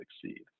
succeed